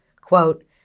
quote